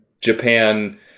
Japan